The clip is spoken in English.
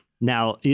Now